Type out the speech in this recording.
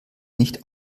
nicht